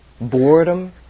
boredom